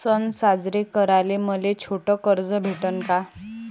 सन साजरे कराले मले छोट कर्ज भेटन का?